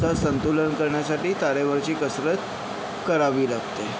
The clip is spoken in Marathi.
चा संतुलन करण्यासाठी तारेवरची कसरत करावी लागते